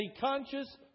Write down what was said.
conscious